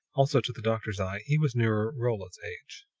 also, to the doctor's eye, he was nearer rolla's age.